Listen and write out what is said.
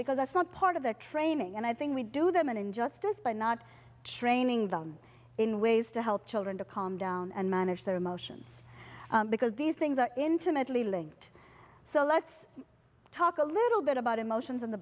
because that's not part of their training and i think we do them an injustice by not training them in ways to help children to calm down and manage their emotions because these things are intimately linked so let's talk a little bit about emotions in the